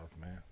man